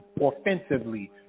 offensively